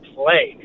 play